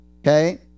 okay